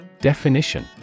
Definition